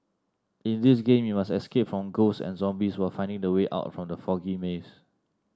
in this game you must escape from ghosts and zombies while finding the way out from the foggy maze